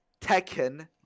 tekken